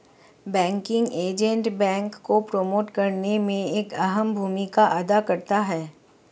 banking agent bank को promote करने में एक अहम भूमिका अदा करता है